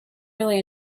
really